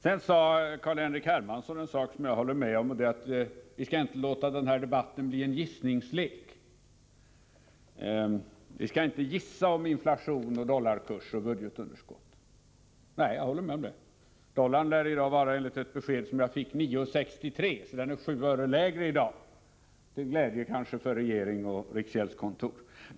Sedan sade Carl-Henrik Hermansson en sak som jag håller med om, nämligen att vi inte skall låta den här debatten bli en gissningslek — vi skall inte gissa oss till inflation, dollarkurs och budgetunderskott. Nej, jag håller med om det. Dollarn lär i dag vara värd 9:63 enligt ett besked som jag fått. Värdet är alltså 7 öre lägre i dag, kanske till glädje för regering och riksgäldskontor.